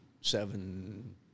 seven –